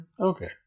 Okay